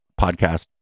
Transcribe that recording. podcast